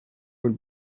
will